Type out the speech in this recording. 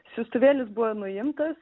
siųstuvėlis buvo nuimtas